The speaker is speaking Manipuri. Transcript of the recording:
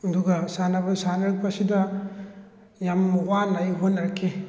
ꯑꯗꯨꯒ ꯁꯥꯟꯅꯕ ꯁꯥꯟꯅꯔꯛꯄ ꯑꯁꯤꯗ ꯌꯥꯝ ꯋꯥꯅ ꯑꯩ ꯍꯣꯠꯅꯔꯛꯈꯤ